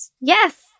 Yes